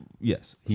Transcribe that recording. Yes